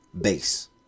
base